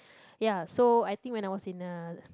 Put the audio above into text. ya so I think when I was in a